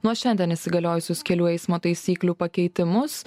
nuo šiandien įsigaliojusius kelių eismo taisyklių pakeitimus